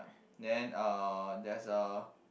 then uh there's a